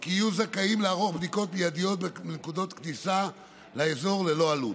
כי הם יהיו זכאים לערוך בדיקות מיידיות בנקודות כניסה לאזור ללא עלות.